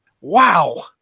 wow